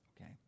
okay